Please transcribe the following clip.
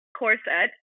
corset